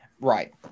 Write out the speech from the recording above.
Right